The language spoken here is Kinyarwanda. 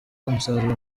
umusaruro